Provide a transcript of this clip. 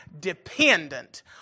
dependent